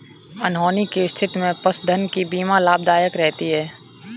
अनहोनी की स्थिति में पशुधन की बीमा लाभदायक रहती है